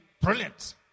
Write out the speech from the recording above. brilliant